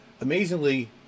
amazingly